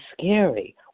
scary